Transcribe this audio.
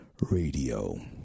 Radio